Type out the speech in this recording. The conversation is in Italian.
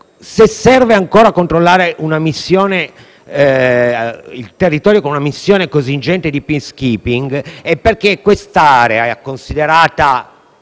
Se serve ancora controllare il territorio con una missione così ingente di *peacekeeping* è perché quest'area è considerata